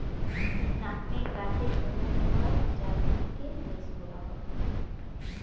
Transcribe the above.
nutmeg গাছে ফলন হওয়া জায়ফলকে মেস বলা হয়